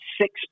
six